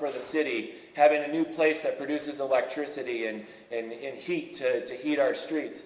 for the city having a new place that produces electricity and and heat to heat our streets